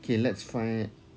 okay let's find